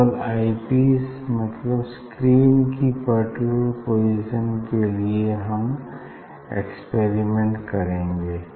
केवल आई पीस मतलब स्क्रीन की पर्टिकुलर पोजीशन के लिए हम एक्सपेरिमेंट करेंगे